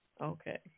Okay